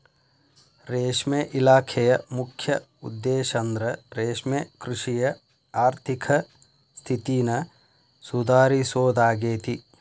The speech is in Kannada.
ರೇಷ್ಮೆ ಇಲಾಖೆಯ ಮುಖ್ಯ ಉದ್ದೇಶಂದ್ರ ರೇಷ್ಮೆಕೃಷಿಯ ಆರ್ಥಿಕ ಸ್ಥಿತಿನ ಸುಧಾರಿಸೋದಾಗೇತಿ